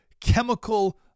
chemical